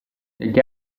negli